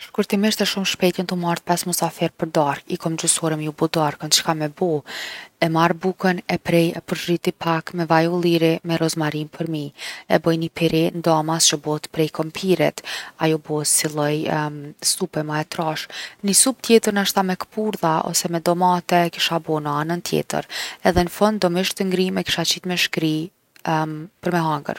Shkrutimisht e shumë shpejt jon tu m’ardh 5 musafir për darkë, i kom gjys’ ore me ju bo darkën. çka me bo? E marr bukën e prej, e përzhiti pak me vaj ulliri me rozmarinë përmi. E boj ni pire ndamas që bohet prej kompirit. Ajo bohet si lloj supe ma e trashë. Ni supë tjetër nashta me kpurdha ose me domate e kisha bo n’anën tjetër. Edhe n’fund do mish t’ngrim e kisha qit me shkri për me hangër.